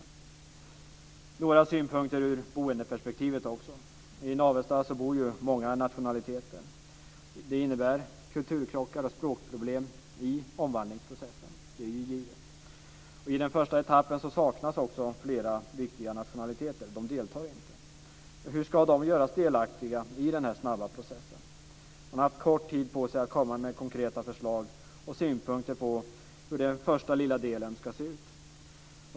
Så några synpunkter ur boendeperspektiv. I Navestad bor det ju många nationaliteter. Det är givet att det innebär kulturkrockar och språkproblem i omvandlingsprocessen. I den första etappen saknas också flera viktiga nationaliteter. De deltar inte. Hur ska de göras delaktiga i den snabba processen? Man har haft kort tid på sig att komma med konkreta förslag och synpunkter på hur den första lilla delen ska se ut.